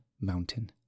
mountain